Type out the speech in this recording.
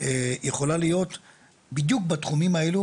יכולה להיות בדיוק בתחומים האלו,